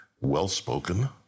well-spoken